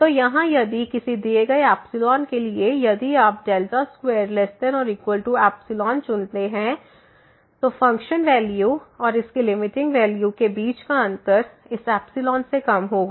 तो यहां यदि किसी दिए गए के लिए यदि आप 2≤ϵ चुनते हैं तो फ़ंक्शन वैल्यू और इसके लिमिटिंग वैल्यू के बीच का अंतर इस से कम होगा